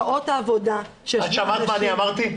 שעות העבודה --- שמעת מה שאני אמרתי?